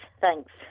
Thanks